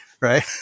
Right